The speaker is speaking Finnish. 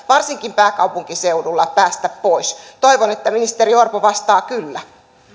varsinkin pääkaupunkiseudulla päästä pois toivon että ministeri orpo vastaa kyllä